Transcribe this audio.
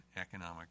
economic